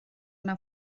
yna